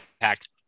impact